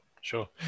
Sure